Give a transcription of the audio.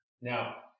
Now